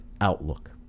outlook